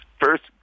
first